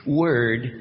word